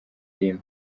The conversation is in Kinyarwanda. imwe